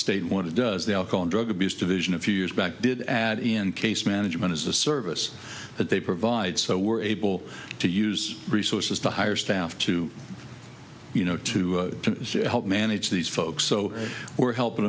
state want to does the alcohol drug abuse division a few years back did add in case management as a service that they provide so we're able to use resources to hire staff to you know to help manage these folks so we're helping